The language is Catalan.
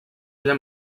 ella